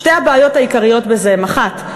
שתי הבעיות העיקריות בזה הן: אחת,